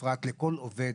לכן אפרת לכל עובד,